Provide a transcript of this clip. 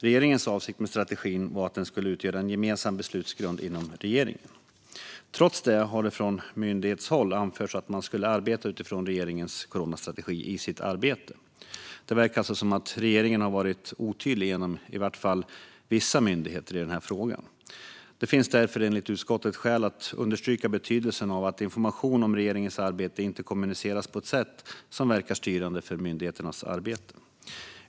Regeringens avsikt med strategin var att den skulle utgöra en gemensam beslutsgrund inom regeringen. Trots det har det från myndighetshåll anförts att man skulle arbeta utifrån regeringens coronastrategi. Det verkar alltså som att regeringen har varit otydlig mot i varje fall vissa myndigheter i frågan. Det finns därför enligt utskottet skäl att understryka betydelsen av att information om regeringens arbete inte kommuniceras på ett sätt som verkar styrande för myndigheternas arbete.